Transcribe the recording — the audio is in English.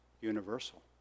universal